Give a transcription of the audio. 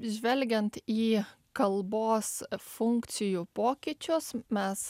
žvelgiant į kalbos funkcijų pokyčius mes